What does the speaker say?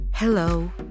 hello